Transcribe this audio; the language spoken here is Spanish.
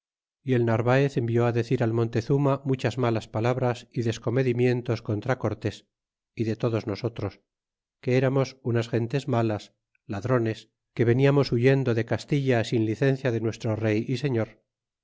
y el narvaez envió á decir al montezuma muchas malas palabras y d escomedimientos contra cortes y de todos nosotros que eramos tinas gentes malas ladrones que veníamos huyendo de castilla sin licencia de nuestro rey y señor